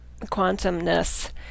quantumness